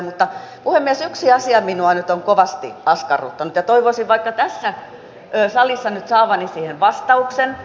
mutta puhemies yksi asia minua nyt on kovasti askarruttanut ja toivoisin vaikka tässä salissa nyt saavani siihen vastauksen